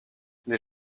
les